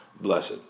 blessed